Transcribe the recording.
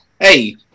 Hey